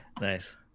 Nice